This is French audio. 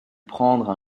prendre